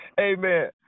Amen